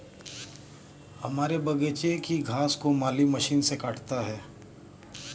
हमारे बगीचे की घास को माली मशीन से काटता है